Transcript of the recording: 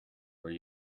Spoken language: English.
were